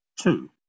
two